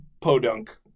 podunk